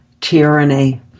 tyranny